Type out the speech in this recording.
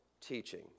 teaching